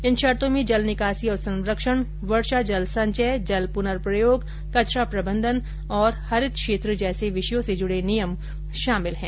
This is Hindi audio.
इन शर्तों में जल निकासी और संरक्षण वर्षा जल संचय जल पुनर्प्रयोग कचरा प्रबंधन और हरित क्षेत्र जैसे विषयों से जुड़े नियम शामिल हैं